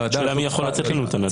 השאלה מי יכול לתת לנו את הנתון.